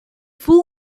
fool